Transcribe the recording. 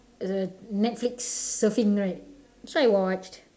is a netflix surfing right so I watched